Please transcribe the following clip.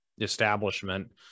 establishment